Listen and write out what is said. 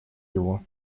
его